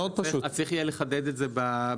אז צריך יהיה לחדד את זה בנוסח.